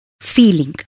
feeling